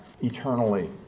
eternally